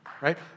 right